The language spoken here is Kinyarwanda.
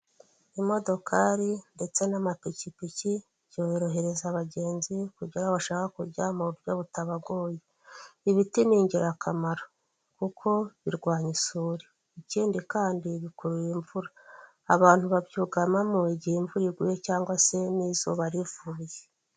Imodokari ndetse n'amapikipiki byorohereza abagenzi kujya aho bashaka kujya mu buryo butabagoye. Ibiti ni ingirakamaro, kuko birwanya isuri. Ikindi kandi bikurura imvura. Abantu babyugamamo igihe imvura iguye cyangwa se n'izuba rivuye.